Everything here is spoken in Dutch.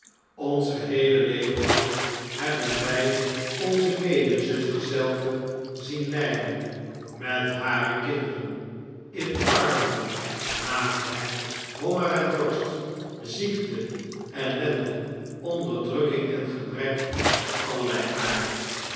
ons geheele leven lang hebben wij onze medezusters zelve zien ljjden met harekinderen in armoede naaktheid honger en dorst ziekte ellende onderdrukking en gebrek van allerlei aard